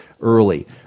early